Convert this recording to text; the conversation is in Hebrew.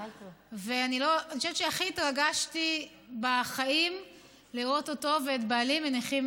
סרטון שבו נראית פרופסורית בעלת שם לועגת על הנחת